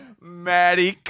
Maddie